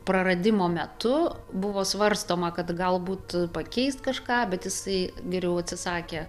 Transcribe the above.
praradimo metu buvo svarstoma kad galbūt pakeis kažką bet jisai geriau atsisakė